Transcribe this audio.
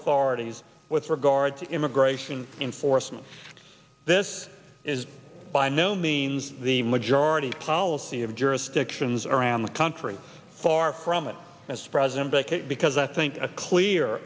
authorities with regard to immigration enforcement this is by no means the majority policy of jurisdictions around the country far from it as president as i think a clear